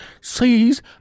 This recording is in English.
sees